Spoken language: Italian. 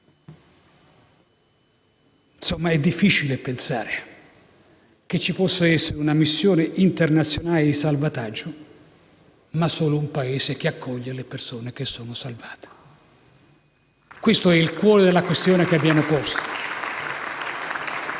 ipocrisia. È difficile pensare che ci possano essere una missione internazionale di salvataggio e un solo Paese che accoglie le persone che sono salvate: questo è il cuore della questione che abbiamo posto.